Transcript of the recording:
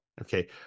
Okay